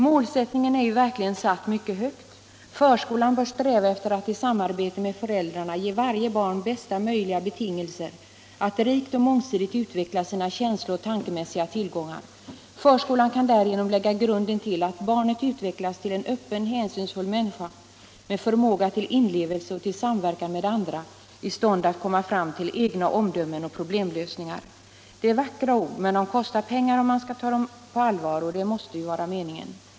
Målsättningen är ju verkligen satt mycket högt: ”Förskolan bör sträva efter att i samarbete med föräldrarna ge varje barn bästa möjliga betingelser att rikt och mångsidigt utveckla sina känslooch tankemässiga tillgångar. Förskolan kan därigenom lägga grunden till att barnet utvecklas till en öppen, hänsynsfull människa med förmåga till inlevelse och till samverkan med andra, i stånd att komma fram till egna omdömen och problemlösningar.” Det är vackra ord, men det kostar pengar om man skall ta dem på allvar, och det måste ju vara meningen.